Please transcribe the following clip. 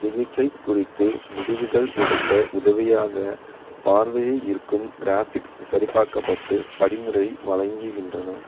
சிகிச்சை குறித்து முடிவுகள் எடுக்க உதவியாகப் பார்வையை ஈர்க்கும் கிராஃபிக்ஸ் சரிபார்க்கப்பட்டு படிமுறை வழங்குகின்றன